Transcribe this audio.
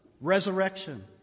resurrection